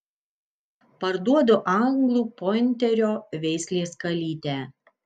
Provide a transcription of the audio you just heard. parduodu anglų pointerio veislės kalytę